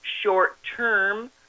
short-term